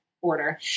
order